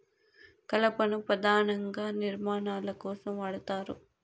కలపను పధానంగా నిర్మాణాల కోసం వాడతారు